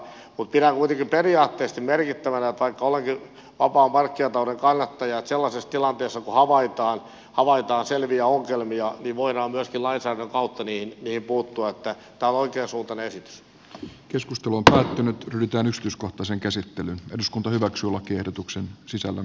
mutta pidän kuitenkin periaatteellisesti merkittävänä vaikka olenkin vapaan markkinatalouden kannattaja että sellaisessa tilanteessa kun havaitaan selviä ongelmia ei voida myös tila ei se auta niin riippuu tuottaa taloyhtiön suuntaan esitys keskustelu on päättynyt nyt äänestyskohta voidaan myöskin lainsäädännön kautta niihin puuttua